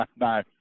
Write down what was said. No